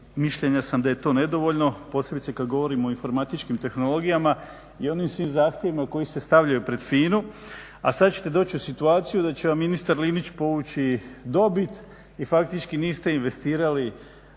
mišljenja sam da je to nedovoljno posebice kad govorimo o informatičkim tehnologijama i onim svim zahtjevima koji se stavljaju pred FINA-u. A sad ćete doći u situaciju da će vam ministar Linić povući dobit i faktički niste investirali